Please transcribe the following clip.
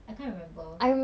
I can't remember